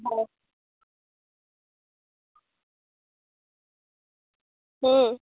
অঁ